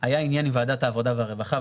היה עניין עם ועדת העבודה והרווחה,